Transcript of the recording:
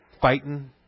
fighting